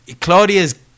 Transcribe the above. Claudia's